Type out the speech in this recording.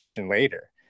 later